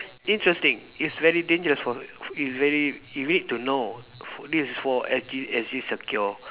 interesting it's very dangerous for it's very you need to know this for S_G S_G secure